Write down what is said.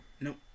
Nope